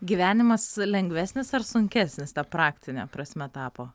gyvenimas lengvesnis ar sunkesnis ta praktine prasme tapo